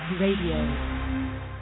Radio